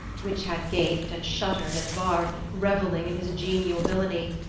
which had gaped and shuddered at vard, revelling in his genial villany,